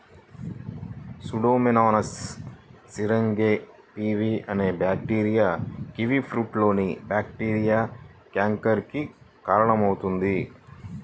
Pseudomonas syringae P V అనే bacteria కివీఫ్రూట్లోని bacteria canker కి కారణమవుతుంది